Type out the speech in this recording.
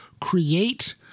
create